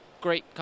great